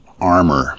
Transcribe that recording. armor